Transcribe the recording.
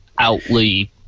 outly